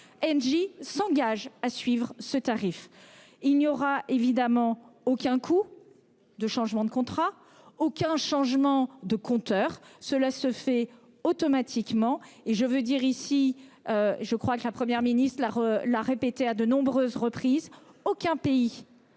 Engie s'engage à suivre ce tarif, il n'y aura évidemment aucun coup de changement de contrat, aucun changement de compteur, cela se fait automatiquement et je veux dire ici. Je crois que la Première ministre de l'art l'a répété à de nombreuses reprises. Aucun pays